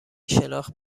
شناخت